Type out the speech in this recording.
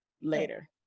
later